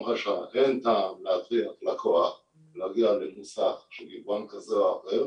אין טעם להכריח לקוח להגיע למוסך של יבואן כזה או אחר